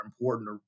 important